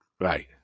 Right